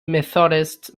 methodist